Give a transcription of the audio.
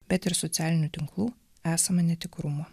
bet ir socialinių tinklų esamą netikrumą